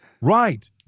Right